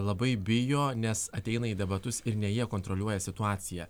labai bijo nes ateina į debatus ir ne jie kontroliuoja situaciją